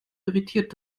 irritiert